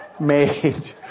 made